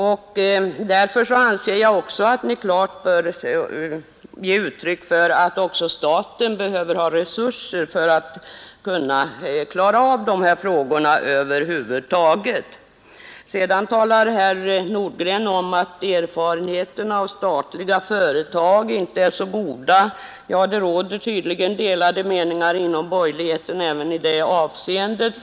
Ni bör då också klart medge att staten behöver resurser för att kunna klara regionalpolitiska frågor. Herr Nordgren sade vidare att erfarenheterna av statliga företag inte är så goda. Det råder tydligen delade meningar inom borgerligheten även i det avseendet.